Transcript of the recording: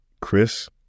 Chris